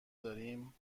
داریم